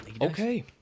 Okay